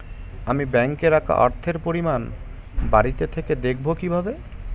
আমি ব্যাঙ্কে রাখা অর্থের পরিমাণ বাড়িতে থেকে দেখব কীভাবে?